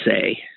say